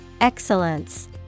Excellence